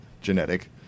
genetic